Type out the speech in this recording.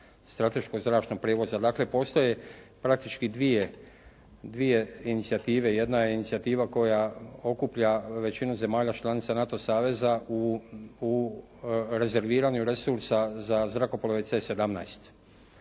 strateškog zračnog prijevoza. Dakle, postoje praktički dvije inicijative. Jedna je inicijativa koja okuplja većinu zemalja članica NATO saveza u rezerviranju resursa za zrakoplove C-17.